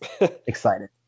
excited